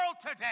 today